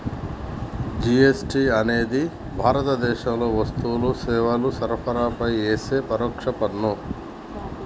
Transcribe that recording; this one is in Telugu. జీ.ఎస్.టి అనేది భారతదేశంలో వస్తువులు, సేవల సరఫరాపై యేసే పరోక్ష పన్ను